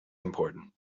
important